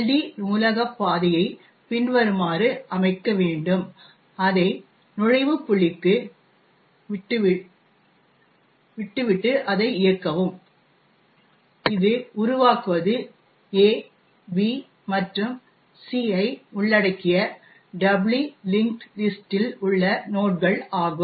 D நூலக பாதையை பின்வருமாறு அமைக்க வேண்டும் அதை நுழைவு புள்ளிக்கு விட்டு விடு அதை இயக்கவும் இது உருவாக்குவது A B மற்றும் C ஐ உள்ளடக்கிய டபுளி லிஙஂகஂடஂ லிஸஂடஂ இல் உள்ள நோட்கள் ஆகும்